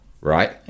right